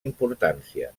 importància